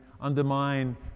undermine